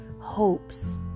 hopes